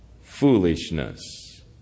foolishness